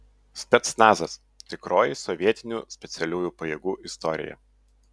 specnazas tikroji sovietinių specialiųjų pajėgų istorija